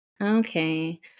Okay